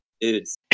dudes